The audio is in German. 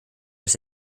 dass